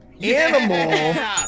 Animal